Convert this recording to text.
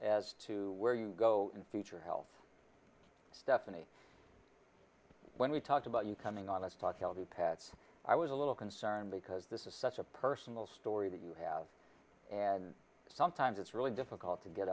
as to where you go in future health stephanie when we talked about you coming on us talking all the pats i was a little concerned because this is such a personal story that you have and sometimes it's really difficult to get